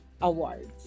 awards